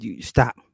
stop